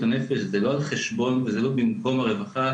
הנפש זה לא על חשבון וזה לא במקום הרווחה,